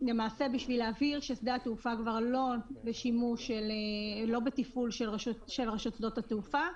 בשביל להבהיר ששדה התעופה כבר לא בתפעול של רשות שדות התעופה.